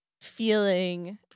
feeling